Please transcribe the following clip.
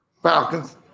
falcons